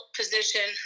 position